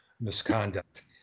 misconduct